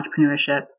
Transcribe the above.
entrepreneurship